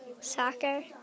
Soccer